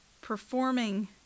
performing